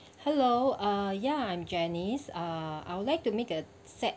hello uh ya I'm janice uh I would like to make a set